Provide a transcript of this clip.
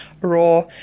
raw